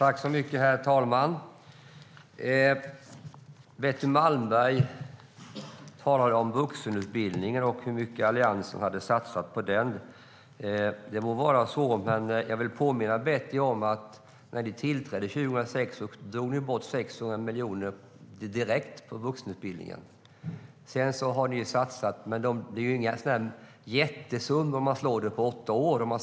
Herr talman! Betty Malmberg talade om vuxenutbildningen och hur mycket Alliansen har satsat på den. Det må vara så, men jag vill påminna Betty om att ni när ni tillträdde 2006 direkt drog bort 600 miljoner på vuxenutbildningen. Sedan har ni satsat, men det är inga jättesummor om man slår ut det på åtta år.